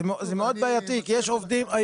זה מאוד בעייתי כי יש עובדים,